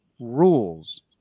rules